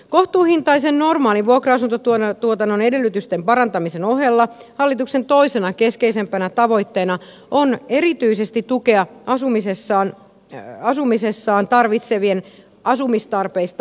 kohtuuhintaisen normaalin vuokra asuntotuotannon edellytysten parantamisen ohella hallituksen toisena keskeisimpänä tavoitteena on erityistä tukea asumisessaan tarvitsevien asumistarpeista huolehtiminen